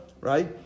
right